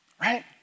right